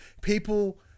people